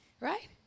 Right